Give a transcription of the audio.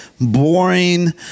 Boring